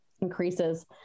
increases